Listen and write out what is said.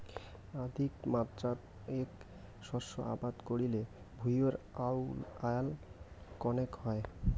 অধিকমাত্রাত এ্যাক শস্য আবাদ করিলে ভূঁইয়ের আউয়াল কণেক হয়